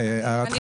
הערתך נשמעה,